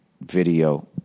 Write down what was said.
video